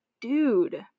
dude